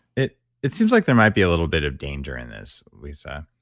it it seems like there might be a little bit of danger in this, lisa,